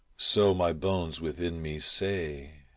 so my bones within me say.